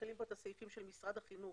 מתחילים הסעיפים של משרד החינוך.